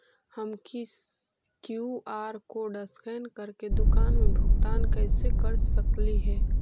हम QR code scan करके दुकान में भुगतान कैसे कर सकली हे?